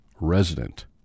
resident